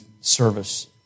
service